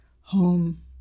Home